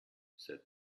said